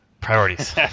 Priorities